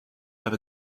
have